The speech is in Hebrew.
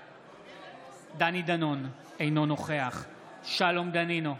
בעד דני דנון, אינו נוכח שלום דנינו,